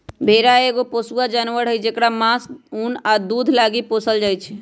भेड़ा एगो पोसुआ जानवर हई जेकरा मास, उन आ दूध लागी पोसल जाइ छै